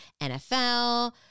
NFL